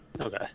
Okay